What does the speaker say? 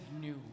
new